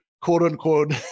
quote-unquote